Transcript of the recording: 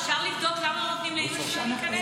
אפשר לבדוק למה לא נותנים לאימא שלה להיכנס?